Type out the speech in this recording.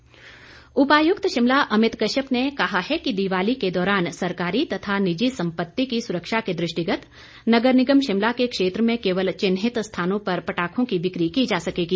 अमित कश्यप उपायुक्त शिमला अमित कश्यप ने कहा है कि दीवाली के दौरान सरकारी तथा निजी संपत्ति की सुरक्षा के दृष्टिगत नगर निगम शिमला के क्षेत्र में केवल चिन्हित स्थानों पर पटाखों की बिकी की जा सकेगी